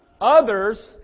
others